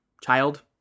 child